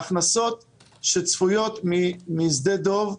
ההכנסות שצפויות משדה דב,